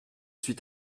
suis